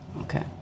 Okay